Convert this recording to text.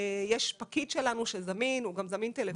יש פקיד שלנו שזמין, הוא גם זמין טלפונית.